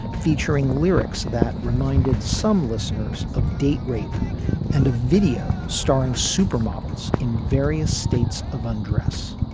featuring lyrics that reminded some listeners of date rape and a video starring supermodels in various states of undress.